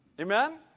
Amen